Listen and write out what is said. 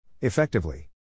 Effectively